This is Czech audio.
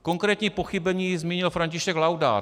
Konkrétní pochybení zmínil František Laudát.